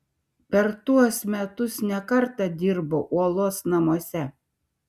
per tuos metus ne kartą dirbau uolos namuose